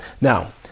Now